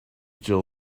jill